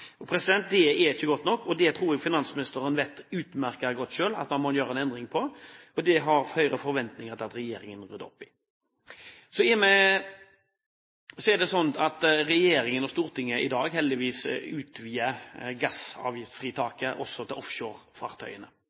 Det er ikke godt nok, og det tror jeg finansministeren vet utmerket godt selv at han må gjøre en endring på, og det har Høyre forventninger til at regjeringen rydder opp i. Så er det sånn at regjeringen og Stortinget i dag heldigvis utvider gassavgiftsfritaket til også å gjelde offshorefartøyene.